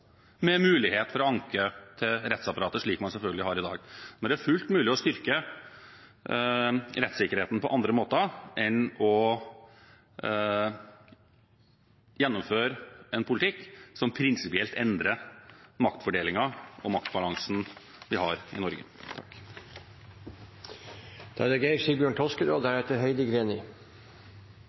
med mulighet for å anke til rettsapparatet, slik man selvfølgelig har i dag. Men det er fullt mulig å styrke rettssikkerheten på andre måter enn ved å gjennomføre en politikk som prinsipielt endrer maktfordelingen og maktbalansen vi har i Norge. Et norsk statsborgerskap skal henge høyt, og